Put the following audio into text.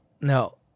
No